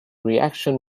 reaction